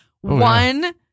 One